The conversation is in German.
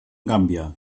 gambia